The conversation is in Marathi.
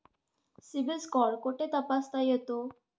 सिबिल स्कोअर कुठे तपासता येतो?